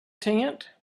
tent